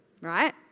right